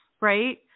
right